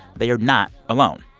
they are not alone.